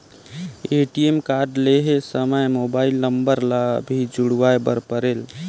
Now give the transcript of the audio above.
ATM card लहे समय mobile number ला भी जुड़वाए बर परेल?